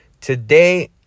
Today